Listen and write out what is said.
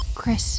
Chris